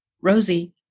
Rosie